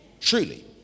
Truly